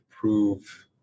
prove